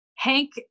Hank